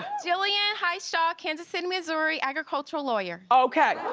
jillian highshaw, kansas city, missouri, agricultural lawyer. okay.